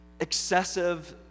excessive